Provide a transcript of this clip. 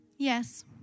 Yes